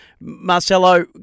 Marcelo